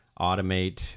automate